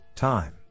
time